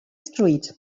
street